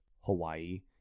Hawaii